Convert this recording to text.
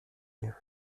liens